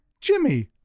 jimmy